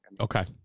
okay